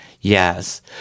Yes